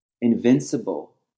invincible